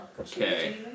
Okay